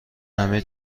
همه